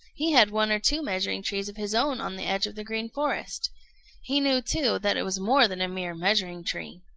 he had one or two measuring-trees of his own on the edge of the green forest he knew, too, that it was more than a mere measuring-tree.